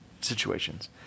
situations